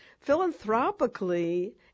Philanthropically